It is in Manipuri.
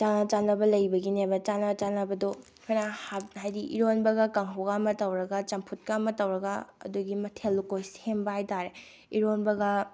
ꯆꯥꯟꯅ ꯆꯥꯟꯅꯕ ꯂꯩꯕꯒꯤꯅꯦꯕ ꯆꯥꯅ ꯆꯥꯟꯅꯕꯗꯣ ꯑꯩꯈꯣꯏꯅ ꯍꯥꯏꯗꯤ ꯏꯔꯣꯟꯕꯒ ꯀꯥꯡꯍꯧꯒ ꯑꯃ ꯇꯧꯔꯒ ꯆꯝꯐꯨꯠꯀ ꯑꯃ ꯇꯧꯔꯒ ꯑꯗꯨꯒꯤ ꯃꯊꯦꯜ ꯂꯨꯀꯣꯏ ꯁꯦꯝꯕ ꯍꯥꯏꯇꯥꯔꯦ ꯏꯔꯣꯟꯕꯒ